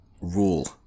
rule